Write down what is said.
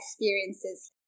experiences